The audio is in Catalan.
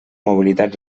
mobilitat